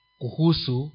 kuhusu